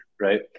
right